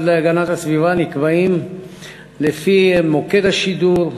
להגנת הסביבה נקבעים לפי מוקד השידור,